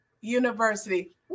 University